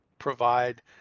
provide